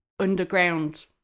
underground